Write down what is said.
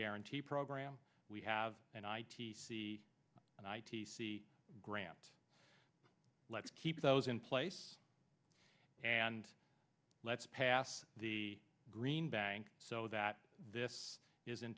guarantee program we have an i t c c grant let's keep those in place and let's pass the green bank so that this isn't